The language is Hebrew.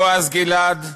בועז גלעד,